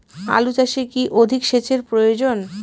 আলু চাষে কি অধিক সেচের প্রয়োজন?